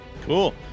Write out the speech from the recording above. Cool